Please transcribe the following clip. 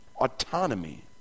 Autonomy